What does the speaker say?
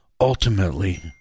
ultimately